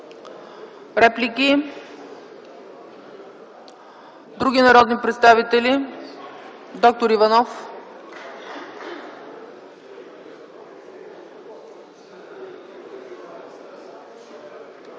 Реплики? Други народни представители? Доктор Иванов.